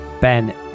Ben